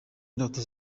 indoto